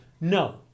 No